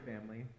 family